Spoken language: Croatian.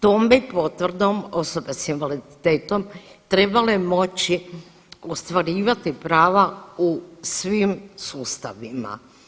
Tom bi potvrdom osoba s invaliditetom trebale moći ostvarivati prava u svim sustavima.